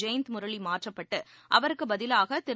Jayant முரளிமாற்றப்பட்டுஅவருக்குபதிவாகதிரு